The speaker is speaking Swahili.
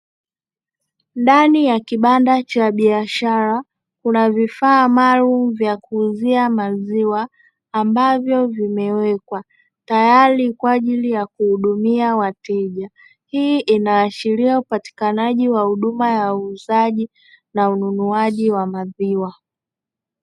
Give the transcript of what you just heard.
Ndani ya kibanda cha biashara kuna vifaa maalumu vya kuuzia maziwa ambavyo vimewekwa tayari kwa ajili ya kuhudumia wateja, hii upatikanaja wahuduma ya uuzaji na ununuaji wa maziwa.